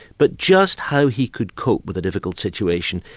but just how he could cope with a difficult situation,